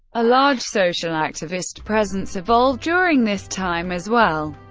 a large social activist presence evolved during this time as well,